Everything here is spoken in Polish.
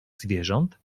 zwierząt